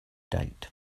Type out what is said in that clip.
date